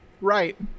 Right